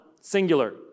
singular